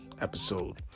episode